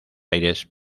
aires